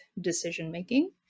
decision-making